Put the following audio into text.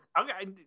Okay